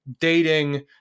dating